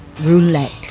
Roulette